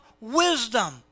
wisdom